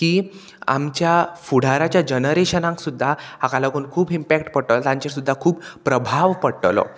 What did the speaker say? की आमच्या फुडाराच्या जनरेशनाक सुद्दां हाका लागून खूब इम्पॅक्ट पडटलो तांचेर सुद्दा खूब प्रभाव पडटलो